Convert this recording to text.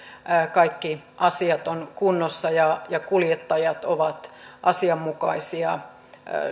kaikki asiat ovat kunnossa ja ja kuljettajat ovat asianmukaisia